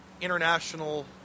international